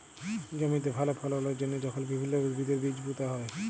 জমিতে ভাল ফললের জ্যনহে যখল বিভিল্ল্য উদ্ভিদের বীজ পুঁতা হ্যয়